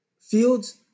Fields